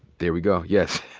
there we go. yes.